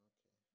Okay